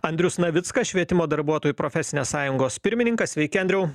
andrius navickas švietimo darbuotojų profesinės sąjungos pirmininkas sveiki andriau